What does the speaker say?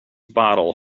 bottle